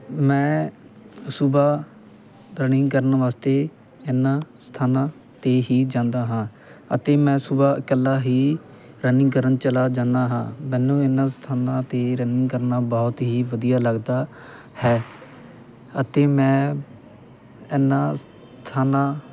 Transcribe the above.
ਮੈਂ ਸੁਬਹਾ ਰਨਿੰਗ ਕਰਨ ਵਾਸਤੇ ਇਹਨਾਂ ਸਥਾਨਾਂ 'ਤੇ ਹੀ ਜਾਂਦਾ ਹਾਂ ਅਤੇ ਮੈਂ ਸੁਬਹਾ ਇਕੱਲਾ ਹੀ ਰਨਿੰਗ ਕਰਨ ਚਲਾ ਜਾਂਦਾ ਹਾਂ ਮੈਨੂੰ ਇਹਨਾਂ ਸਥਾਨਾਂ 'ਤੇ ਰਨਿੰਗ ਕਰਨਾ ਬਹੁਤ ਹੀ ਵਧੀਆ ਲੱਗਦਾ ਹੈ ਅਤੇ ਮੈਂ ਇਹਨਾਂ ਸਥਾਨਾਂ